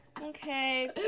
Okay